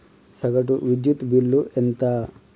సగటు విద్యుత్ బిల్లు ఎంత?